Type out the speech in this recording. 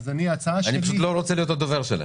אני לא רוצה להיות הדובר שלהם.